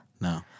No